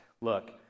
Look